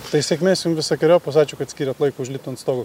tai sėkmės jum visokeriopos ačiū kad skyrėt laiko užlipt ant stogo